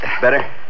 Better